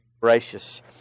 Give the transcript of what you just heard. gracious